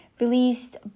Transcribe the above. released